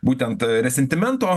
būtent resentimento